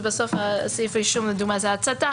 ובסוף סעיף האישום לדוגמה זה הצתה,